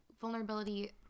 vulnerability